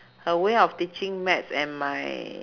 her way of teaching maths and my